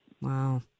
Wow